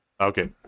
Okay